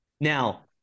Now